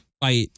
fight